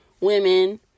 women